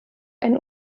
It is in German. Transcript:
ein